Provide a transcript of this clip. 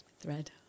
thread